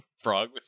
Frog